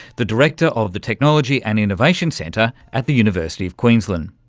the director of the technology and innovation centre at the university of queensland.